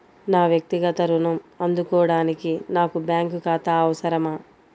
నా వక్తిగత ఋణం అందుకోడానికి నాకు బ్యాంక్ ఖాతా అవసరమా?